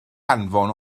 anfon